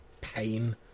pain